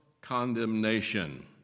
condemnation